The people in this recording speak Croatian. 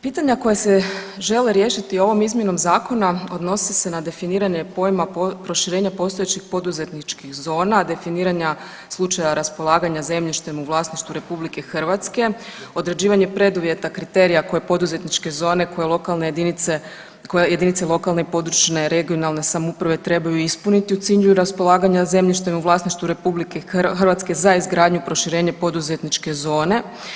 Pitanja koja se žele riješiti ovom izmjenom Zakona odnose se na definiranje pojma proširenja postojećih poduzetničkih zona, definiranja slučaja raspolaganja zemljištem u vlasništvu RH, određivanje preduvjeta kriterija koje poduzetničke zone koje lokalne jedinice, koje jedinice lokalne i područne (regionalne) samouprave trebaju ispuniti u cilju raspolaganja zemljište u vlasništvu RH, za izgradnju i proširenje poduzetničke zone.